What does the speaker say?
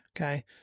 Okay